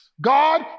God